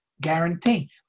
guarantee